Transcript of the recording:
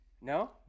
No